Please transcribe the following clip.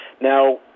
Now